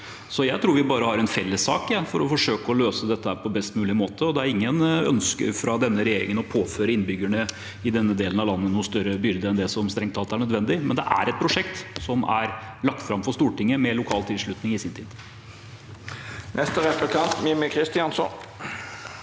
Jeg tror vi har en felles sak om å forsøke å løse dette på best mulig måte. Det er ingen ønsker fra denne regjeringen om å påføre innbyggerne i den delen av landet noen større byrde enn det som strengt tatt er nødvendig, men det er et prosjekt som er lagt fram for Stortinget, med lokal tilslutning i sin tid. Mímir Kristjánsson